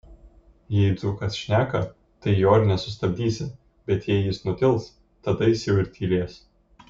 jei dzūkas šneka tai jo ir nesustabdysi bet jei jis nutils tada jis jau ir tylės